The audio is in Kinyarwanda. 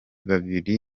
babiri